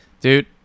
Dude